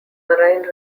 marine